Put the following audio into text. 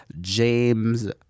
James